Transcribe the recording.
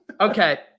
Okay